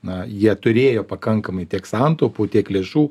na jie turėjo pakankamai tiek santaupų tiek lėšų